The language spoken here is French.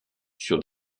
sur